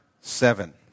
seven